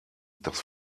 dass